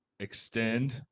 extend